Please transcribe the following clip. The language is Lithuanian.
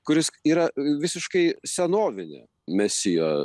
kuris yra visiškai senovinė mesijo